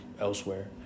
elsewhere